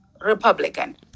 Republican